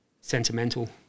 sentimental